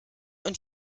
und